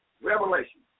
Revelation